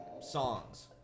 songs